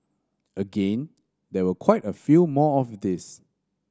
again there were quite a few more of these